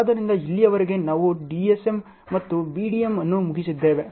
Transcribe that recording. ಆದ್ದರಿಂದ ಇಲ್ಲಿಯವರೆಗೆ ನಾವು DSM ಮತ್ತು BDM ಅನ್ನು ಮುಗಿಸಿದ್ದೇವೆ